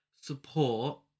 support